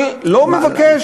אני לא מבקש,